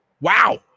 Wow